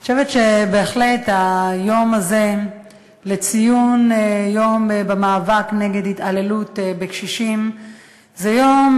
אני חושבת שהיום הזה לציון המאבק נגד התעללות בקשישים זה יום